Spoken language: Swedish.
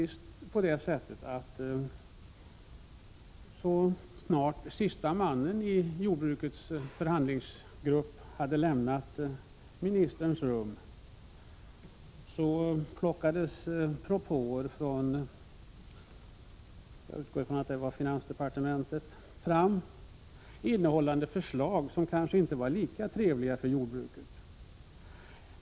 Så snart siste mannen i jordbrukets förhandlingsgrupp hade lämnat jordbruksministerns rum plockades propåer fram — jag utgår ifrån att de kom från finansdeparte mentet — innehållande förslag som kanske inte var lika trevliga för jordbrukets intressen.